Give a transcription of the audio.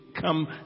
come